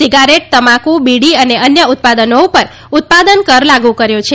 cigarette તમાકુ બીડી અને અન્ય ઉતાદનો ર ઉતાદન કર લાગુ કર્યો છે